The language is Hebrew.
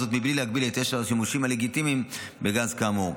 זאת מבלי להגביל את יתר השימושים הלגיטימיים בגז כאמור.